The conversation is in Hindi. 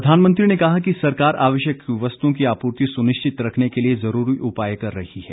प्रधानमंत्री ने कहा कि सरकार आवश्यक वस्तुओं की आपूर्ति सुनिश्चित रखने के लिए जरूरी उपाय कर रही है